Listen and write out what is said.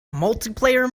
multiplayer